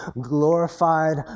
glorified